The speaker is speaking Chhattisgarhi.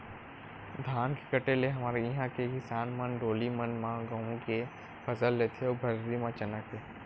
धान के कटे ले हमर इहाँ के किसान मन डोली मन म गहूँ के फसल लेथे अउ भर्री म चना के